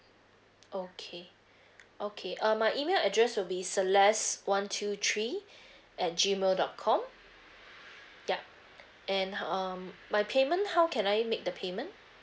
okay okay uh my email address will be celest one two three at G mail dot com yup and um my payment how can I make the payment